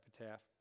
epitaph